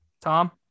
Tom